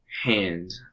hand